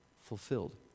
fulfilled